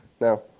Now